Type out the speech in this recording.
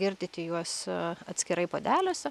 girdyti juos atskirai puodeliuose